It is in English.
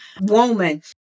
woman